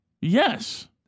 Yes